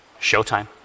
showtime